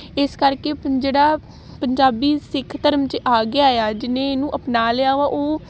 ਇਸ ਕਰਕੇ ਪ ਜਿਹੜਾ ਪੰਜਾਬੀ ਸਿੱਖ ਧਰਮ 'ਚ ਆ ਗਿਆ ਆ ਜਿਹਨੇ ਇਹਨੂੰ ਅਪਣਾ ਲਿਆ ਵਾ ਉਹ